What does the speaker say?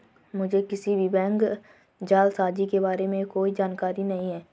मुझें किसी भी बैंक जालसाजी के बारें में कोई जानकारी नहीं है